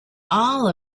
all